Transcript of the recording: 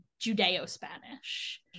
judeo-spanish